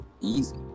easy